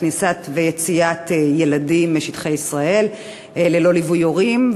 כניסה ויציאה של ילדים משטחי ישראל ללא ליווי הורים.